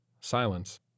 Silence